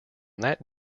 that